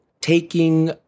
taking